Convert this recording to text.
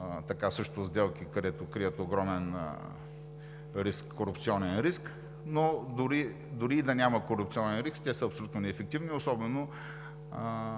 са също сделки, които крият огромен корупционен риск, но дори и да няма корупционен риск, те са абсолютно неефективни, особено